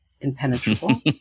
impenetrable